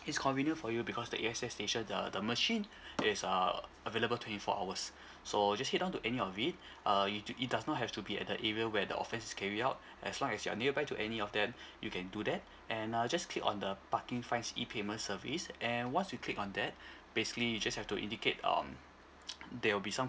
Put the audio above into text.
it's convenient for you because the A_X_S station the the machine is err available twenty four hours so just head down to any of it uh you it does not have to be at the area where the offence is carried out as long as you're nearby to any of them you can do that and uh just click on the parking fines E payment service and once you click on that basically you just have to indicate um there will be some